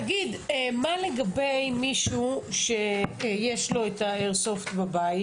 תגיד, מה לגבי מישהו שיש לו את האיירסופט בבית?